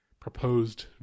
proposed